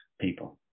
people